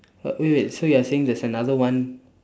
wait wait so you are saying there's another one